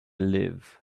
live